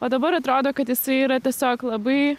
o dabar atrodo kad jisai yra tiesiog labai